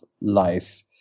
life